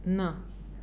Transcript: ना